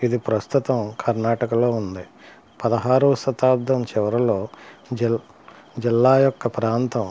ఇది ప్రస్తుతం కర్ణాటకలో ఉంది పదహారవ శతాబ్దం చివరలో జిల్లా జిల్లా యొక్క ప్రాంతం